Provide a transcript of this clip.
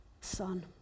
son